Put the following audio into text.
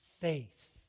faith